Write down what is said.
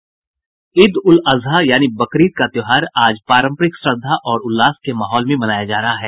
ईद उल अज़हा यानि बकरीद का त्योहार आज पारंपरिक श्रद्धा और उल्लास के माहौल में मनाया जा रहा है